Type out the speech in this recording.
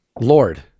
Lord